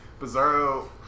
Bizarro